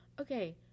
Okay